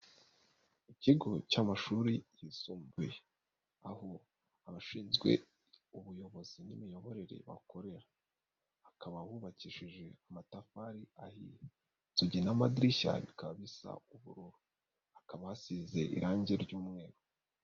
Ikigo cy'amashuri yisumbuye aho abashinzwe ubuyobozi n'imiyoborere bakorera, hakaba hubakishije amatafari ahiye, inzugi n'amadirishya kabisa ubururu, hakaba hasize irangi ry'umweru.